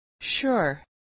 Sure